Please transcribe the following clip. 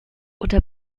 unter